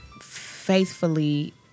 faithfully